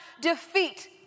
defeat